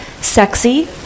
sexy